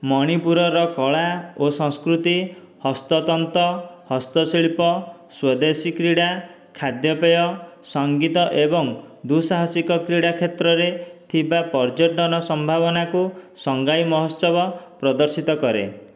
ମଣିପୁରର କଳା ଓ ସଂସ୍କୃତି ହସ୍ତତନ୍ତ ହସ୍ତଶିଳ୍ପ ସ୍ୱଦେଶୀ କ୍ରୀଡ଼ା ଖାଦ୍ୟପେୟ ସଙ୍ଗୀତ ଏବଂ ଦୁଃସାହସିକ କ୍ରୀଡ଼ା କ୍ଷେତ୍ରରେ ଥିବା ପର୍ଯ୍ୟଟନ ସମ୍ଭାବନାକୁ ସଙ୍ଗାଇ ମହୋତ୍ସବ ପ୍ରଦର୍ଶିତ କରେ